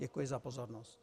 Děkuji za pozornost.